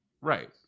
Right